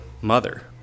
mother